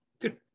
Good